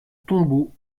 tombeau